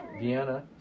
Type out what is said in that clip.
Vienna